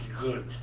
good